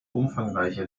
umfangreiche